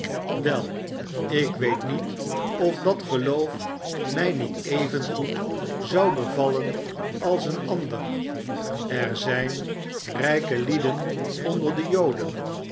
wei ik weet niet of dat geloof mij niet evengoed zou bevallen als een ander er zijn rijke lieden onder de joden